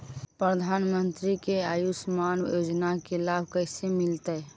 प्रधानमंत्री के आयुषमान योजना के लाभ कैसे मिलतै?